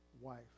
wife